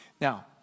Now